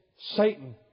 Satan